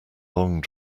long